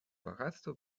багатства